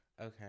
Okay